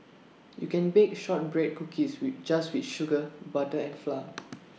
you can bake Shortbread Cookies with just with sugar butter and flour